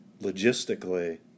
logistically